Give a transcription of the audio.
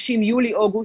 בחודשים יולי אוגוסט,